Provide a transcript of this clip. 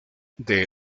del